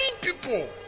people